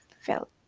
felt